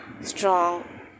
strong